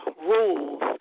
rules